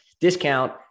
discount